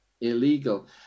illegal